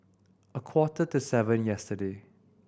a quarter to seven yesterday